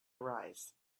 arise